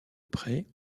prêt